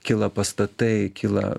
kyla pastatai kyla